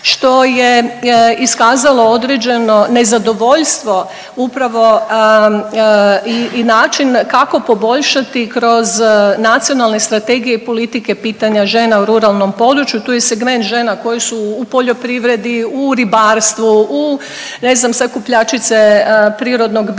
što je iskazalo određeno nezadovoljstvo upravo i način kako poboljšati kroz nacionalne strategije i politike pitanja žena u ruralnom području, tu je i segment žena koje su u poljoprivredi, u ribarstvu, u ne znam, sakupljačice prirodnog bilja